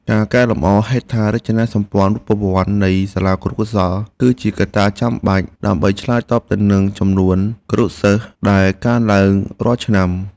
ការកែលម្អហេដ្ឋារចនាសម្ព័ន្ធរូបវន្តនៃសាលាគរុកោសល្យគឺជាកត្តាចាំបាច់ដើម្បីឆ្លើយតបទៅនឹងចំនួនគរុសិស្សដែលកើនឡើងរាល់ឆ្នាំ។